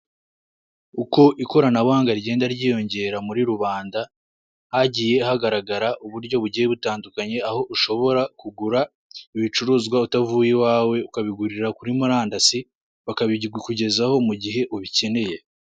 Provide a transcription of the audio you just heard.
Uko ikoranabuhanga rigenda ryiyongera muri rubanda hagiye hagaragara uburyo bugiye butandukanye aho ushobora kugura ibicuruzwa utavuye iwawe ukabigurira kuri murandasi bakabikugezaho mu gihe ubikeneye.